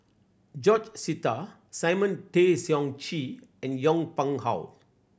George Sita Simon Tay Seong Chee and Yong Pung How